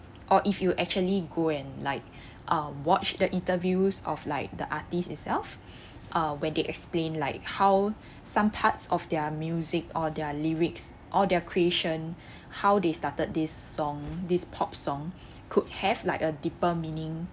or if you actually go and like uh watched the interviews of like the artist itself uh where they explain like how some parts of their music or their lyrics or their creation how they started this song this pop song could have like a deeper meaning